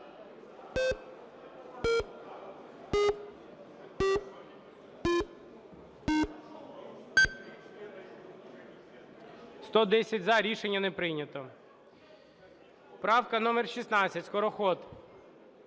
За-110 Рішення не прийнято. Правка номер 16, Скороход.